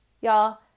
Y'all